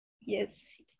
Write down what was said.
Yes